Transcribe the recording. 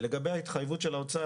לגבי ההתחייבות של משרד האוצר,